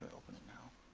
open it now.